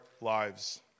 lives